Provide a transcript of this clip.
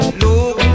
look